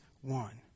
one